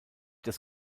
des